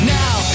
now